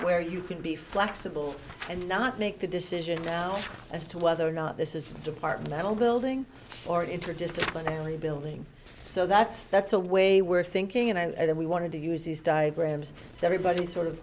where you can be flexible and not make the decision as to whether or not this is a department at all building or interdisciplinary building so that's that's a way we're thinking and i think we wanted to use these diagrams everybody sort of